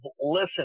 listen